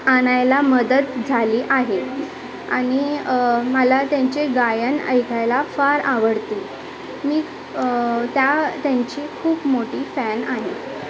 आणायला मदत झाली आहे आणि मला त्यांचे गायन ऐकायला फार आवडते मी त्या त्यांची खूप मोठी फॅन आहे